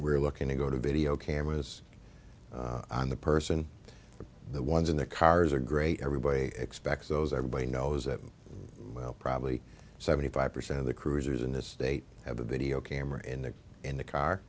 we're looking to go to video cameras on the person or the ones in the cars are great everybody expects those everybody knows that well probably seventy five percent of the cruisers in this state have a video camera in there in the car